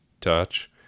touch